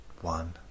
one